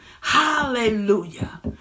Hallelujah